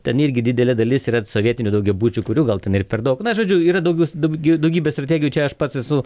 ten irgi didelė dalis yra sovietinių daugiabučių kurių gal ten ir per daug na žodžiu yra daugiau daugybė strategijų čia aš pats esu